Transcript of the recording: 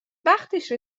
وقتش